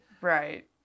right